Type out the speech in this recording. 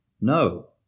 No